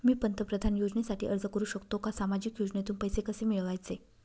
मी पंतप्रधान योजनेसाठी अर्ज करु शकतो का? सामाजिक योजनेतून पैसे कसे मिळवायचे